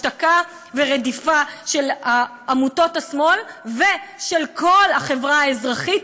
השתקה ורדיפה של עמותות השמאל ושל כל החברה האזרחית,